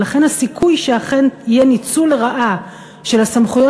ולכן הסיכוי שאכן יהיה ניצול לרעה של הסמכויות